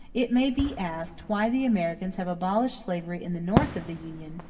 it may be asked why the americans have abolished slavery in the north of the union,